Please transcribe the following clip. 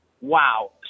wow